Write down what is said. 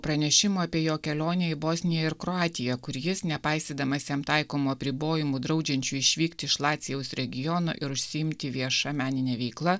pranešimo apie jo kelionę į bosniją ir kroatiją kur jis nepaisydamas jam taikomų apribojimų draudžiančių išvykti iš lacijaus regiono ir užsiimti vieša menine veikla